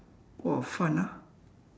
!wah! fun ah